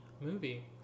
movie